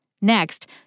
Next